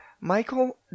Michael